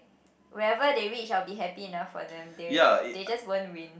wherever they reach I'll be happy enough for them they'll they just won't win